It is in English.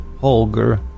Holger